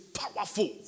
powerful